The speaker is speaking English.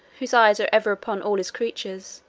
whose eyes are ever upon all his creatures,